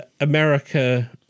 America